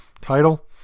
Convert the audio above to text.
title